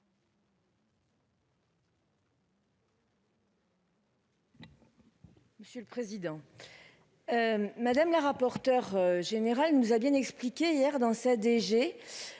Monsieur le président. Madame la rapporteure générale nous a bien expliqué hier dans sa DG.